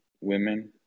women